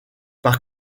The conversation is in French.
par